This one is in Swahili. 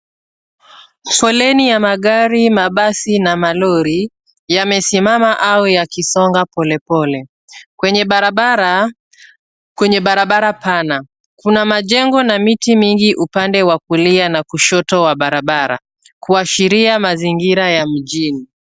Foleni ya magari, mabasi na malori yamesimama au yakisonga polepole kwenye barabara pana. Kuna majengo na miti mingi upande wa kulia na kushoto wa barabara kuashiria mazingira ya mjini.